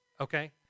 Okay